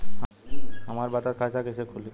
हम बचत खाता कइसे खोलीं?